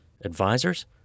advisors